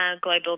global